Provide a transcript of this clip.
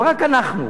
אבל רק אנחנו,